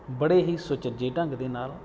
ਬੜੇ ਹੀ ਸੁਚੱਜੇ ਢੰਗ ਦੇ ਨਾਲ